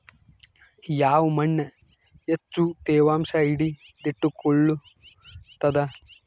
ಯಾವ್ ಮಣ್ ಹೆಚ್ಚು ತೇವಾಂಶ ಹಿಡಿದಿಟ್ಟುಕೊಳ್ಳುತ್ತದ?